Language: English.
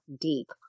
deep